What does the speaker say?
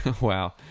Wow